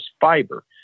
fiber